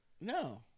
No